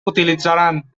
utilitzaran